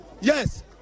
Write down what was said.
Yes